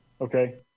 Okay